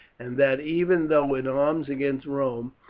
and that, even though in arms against rome,